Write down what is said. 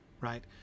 right